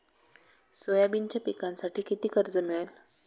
सोयाबीनच्या पिकांसाठी किती कर्ज मिळेल?